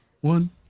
one